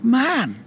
man